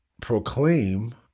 proclaim